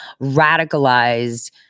radicalized